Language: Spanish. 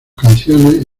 canciones